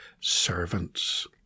servants